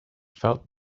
felt